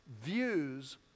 views